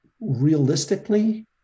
realistically